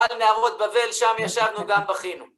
על נהרות בבל, שם ישבנו גם בכינו.